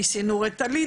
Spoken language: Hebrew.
ניסינו "ריטלין",